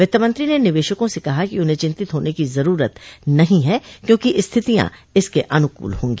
वित्तमंत्री ने निवेशकों से कहा कि उन्हें चिंतित होने की जरूरत नहीं है क्योंकि स्थितियां इसके अनुकूल होंगी